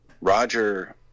Roger